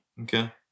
Okay